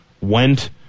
went